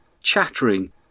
chattering